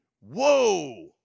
Whoa